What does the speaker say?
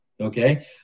okay